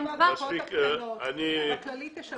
אני מהקופות הקטנות, בכללית יש אלפי מרפאות.